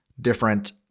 different